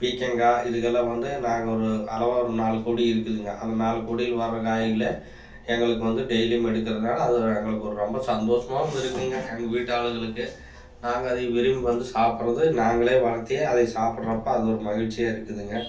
பீக்கங்காய் இதுக்கெல்லாம் வந்து நாங்கள் ஒரு அளவாக ஒரு நாலு கொடி இருக்குதுங்க அந்த நாலு கொடியில வர காய்களை எங்களுக்கு வந்து டெய்லியும் எடுக்கிறதுனால அது எங்களுக்கு ஒரு ரொம்ப சந்தோஷமாகவும் இருக்குதுங்க எங்கள் வீட்டு ஆளுங்களுக்கு நாங்க அதை விரும்பி வந்து சாப்புட்றது நாங்களே வளர்த்தி அதை சாப்பிட்றப்ப அது ஒரு மகிழ்ச்சியாக இருக்குதுங்க